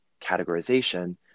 categorization